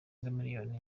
miliyoni